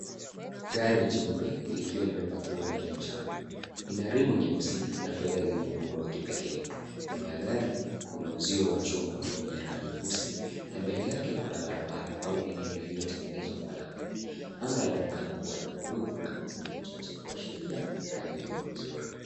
Gari jeupe likiwa limepakiwa nje mchana. Ina rimu nyeusi na fedha zenye muundo wa kipeke. Nyuma ya gari kuna uzio wa chuma wenye rangi nyeusi na mbele yake kuna barabara au eneo lililotengenezwa kwa lami. Anga laonekana kuwa la bluu na mawingu machache kuashiria hali ya hewa nzuri.